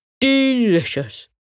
delicious